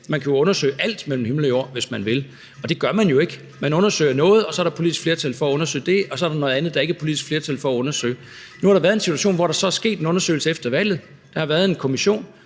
Man kan undersøge alt mellem himmel og jord, hvis man vil, og det gør man jo ikke. Man undersøger noget, fordi der er et politisk flertal for at undersøge det, og så er der noget andet, der ikke er et politisk flertal for at undersøge. Nu har der været en situation, hvor der så er kommet en undersøgelse efter valget. Der har været en kommission.